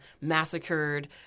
massacred